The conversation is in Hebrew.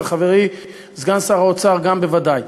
וחברי סגן שר האוצר גם בוודאי,